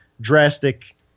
drastic